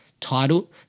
title